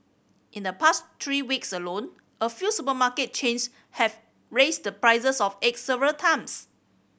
in the past three weeks alone a few supermarket chains have raised the prices of eggs several times